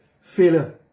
failure